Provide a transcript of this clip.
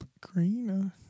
Green